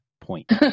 point